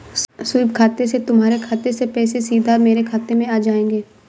SVEEP खाते से तुम्हारे खाते से पैसे सीधा मेरे खाते में आ जाएंगे